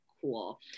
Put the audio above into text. cool